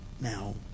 now